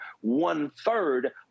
one-third